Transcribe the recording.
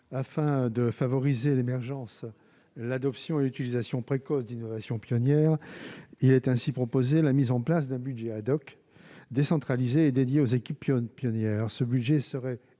Afin de favoriser l'émergence, l'adoption et l'utilisation précoce d'innovations pionnières, il est ainsi proposé la mise en place d'un budget, décentralisé et dédié aux équipes pionnières. Ce budget serait